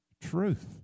Truth